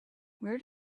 where